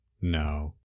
No